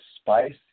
spice